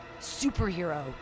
superhero